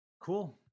Cool